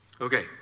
Okay